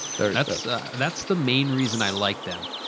that's that's the main reason i like them.